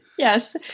Yes